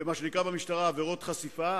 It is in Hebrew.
זה מה שנקרא במשטרה "עבירות חשיפה".